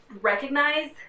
recognize